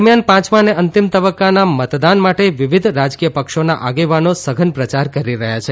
દરમિયાન પાંચમા ને અંતિમ તબક્કાના મતદાન માટે વિવિધ રાજકીય પક્ષોના આગેવાનો સઘન પ્રચાર કરી રહ્યા છે